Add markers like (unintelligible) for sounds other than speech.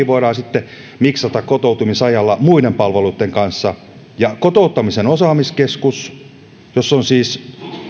(unintelligible) voidaan sitten miksata kotoutumisajalla muiden palveluitten kanssa ja kotouttamisen osaamiskeskus jossa on siis